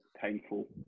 painful